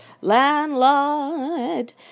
landlord